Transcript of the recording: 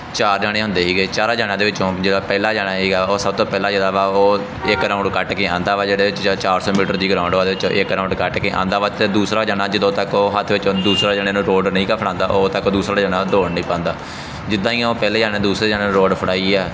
ਚਾਰ ਜਣੇ ਹੁੰਦੇ ਸੀਗੇ ਚਾਰਾਂ ਜਣਿਆਂ ਦੇ ਵਿੱਚੋਂ ਜਿਹੜਾ ਪਹਿਲਾ ਜਣਾ ਸੀਗਾ ਉਹ ਸਭ ਤੋਂ ਪਹਿਲਾਂ ਜਿਹੜਾ ਵਾ ਉਹ ਇੱਕ ਰਾਊਂਡ ਕੱਟ ਕੇ ਆਉਂਦਾ ਵਾ ਜਿਹੜੇ ਚਾਰ ਸੌ ਮੀਟਰ ਦੀ ਗਰਾਉਂਡ ਵਾਲੇ ਵਿੱਚ ਇੱਕ ਰਾਊਂਡ ਕੱਟ ਕੇ ਆਉਂਦਾ ਵਾ ਅਤੇ ਦੂਸਰਾ ਜਣਾ ਜਦੋਂ ਤੱਕ ਉਹ ਹੱਥ ਵਿੱਚ ਦੂਸਰਾ ਜਣੇ ਨੂੰ ਰੋਡ ਨਹੀਂ ਹੈਗਾ ਫੜਾਉਂਦਾ ਉਦੋਂ ਤੱਕ ਦੂਸਰਾ ਜਣਾ ਦੌੜ ਨਹੀਂ ਪਾਉਂਦਾ ਜਿੱਦਾਂ ਹੀ ਉਹ ਪਹਿਲਾ ਜਣਾ ਦੂਸਰੇ ਜਣੇ ਨੂੰ ਰੋਡ ਫੜਾਈ ਆ